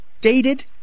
dated